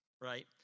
right